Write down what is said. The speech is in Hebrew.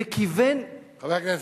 וכיוון חבר הכנסת,